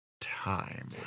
time